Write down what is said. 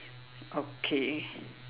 okay